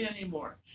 anymore